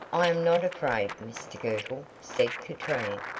i am not afraid, mr girtle, said katrine,